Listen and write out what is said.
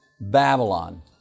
Babylon